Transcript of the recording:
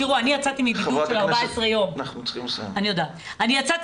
אני יצאתי מבידוד של 14 יום אני כמעט